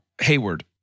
Hayward